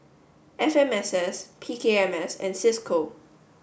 F M S S P K M S and C I S C O